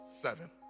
seven